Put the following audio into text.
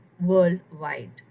Worldwide